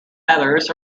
feathers